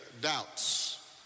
doubts